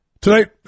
Tonight